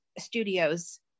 studios